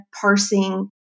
parsing